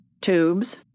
tubes